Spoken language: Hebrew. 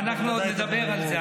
נאור, אנחנו עוד נדבר על זה.